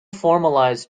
formalized